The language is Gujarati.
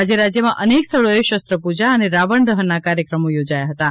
આજે રાજ્યમાં અનેક સ્થળોએ શસ્ત્રપૂજા અને રાવણદહનના કાર્યક્રમો યોજાયા હતાં